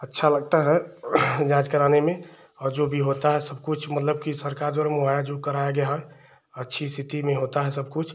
अच्छा लगता है जाँच कराने में और जो भी होता है सबकुछ मतलब की सरकार द्वारा मुहैया जो कराया गया है अच्छी स्थिति में होता है सबकुछ